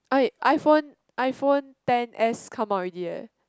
I iPhone iPhone ten S come out already eh